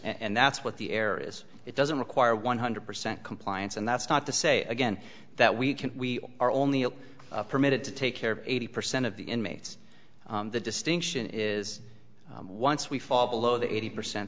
and that's what the error is it doesn't require one hundred percent compliance and that's not to say again that we are only permitted to take care of eighty percent of the inmates the distinction is once we fall below the eighty percent